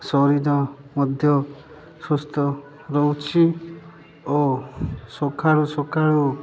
ଶରୀର ମଧ୍ୟ ସୁସ୍ଥ ରହୁଛି ଓ ସକାଳୁ ସକାଳୁ